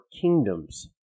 kingdoms